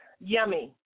yummy